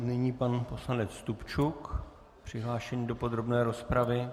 Nyní pan poslanec Stupčuk, přihlášený do podrobné rozpravy.